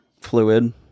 fluid